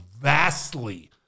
vastly